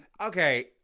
Okay